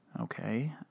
okay